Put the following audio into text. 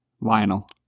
Lionel